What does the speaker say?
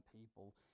people